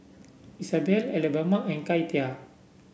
Isabell Alabama and Katia